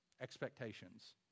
Expectations